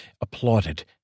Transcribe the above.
applauded